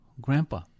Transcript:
Grandpa